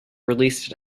released